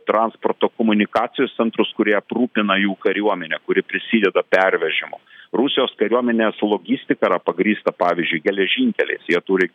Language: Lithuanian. transporto komunikacijos centrus kurie aprūpina jų kariuomenę kuri prisideda pervežimu rusijos kariuomenės logistika yra pagrįsta pavyzdžiui geležinkeliai jie turi